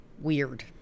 Weird